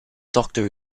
doctor